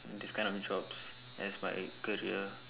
this kind of jobs as my career